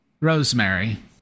Rosemary